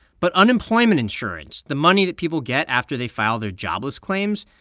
but unemployment insurance, the money that people get after they file their jobless claims,